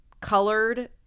colored